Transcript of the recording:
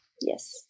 yes